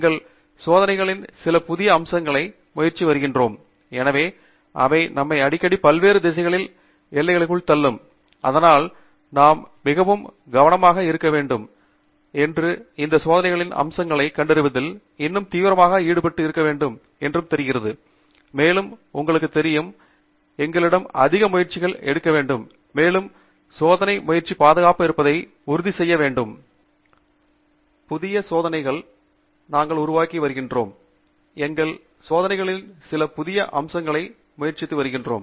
எங்கள் சோதனைகளில் சில புதிய அம்சங்களைகளை முயற்சித்து வருகிறோம்